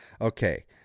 Okay